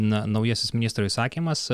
na naujasis ministro įsakymas